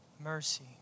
mercy